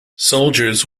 soldiers